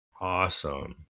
Awesome